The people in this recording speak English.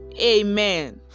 amen